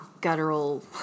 guttural